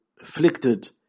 afflicted